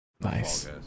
Nice